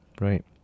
right